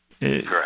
Correct